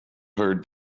her